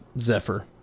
Zephyr